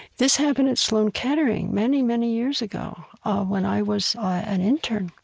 this happened at sloan kettering many many years ago when i was an intern,